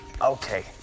Okay